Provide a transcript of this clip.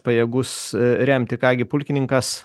pajėgus remti ką gi pulkininkas